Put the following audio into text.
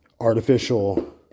artificial